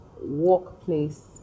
workplace